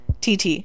tt